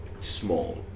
small